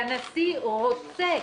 והנשיא רוצה